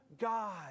God